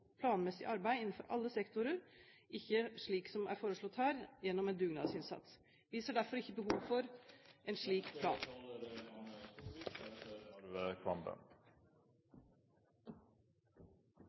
planmessig arbeid innenfor alle sektorer, ikke slik som foreslått her, gjennom en dugnadsinnsats. Vi ser derfor ikke behov for det. Representantforslaget fra Fremskrittspartiet tar utgangspunkt i en